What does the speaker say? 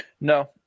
No